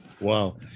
wow